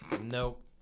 Nope